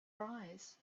arise